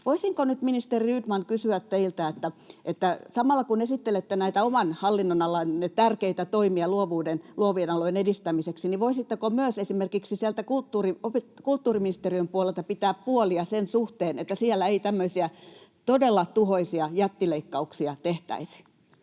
Voisinko nyt, ministeri Rydman kysyä teiltä, että samalla, kun esittelette näitä oman hallinnonalanne tärkeitä toimia luovuuden, luovien alojen edistämiseksi, voisitteko myös esimerkiksi siellä kulttuuriministeriön puolella pitää puolia sen suhteen, että siellä ei tämmöisiä todella tuhoisia jättileikkauksia tehtäisi?